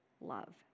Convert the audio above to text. love